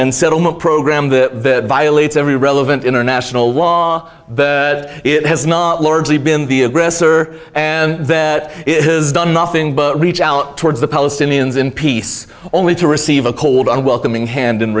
and settlement program the violates every relevant international law but it has not largely been the aggressor and that it has done nothing but reach out towards the palestinians in peace only to receive a cold and welcoming hand in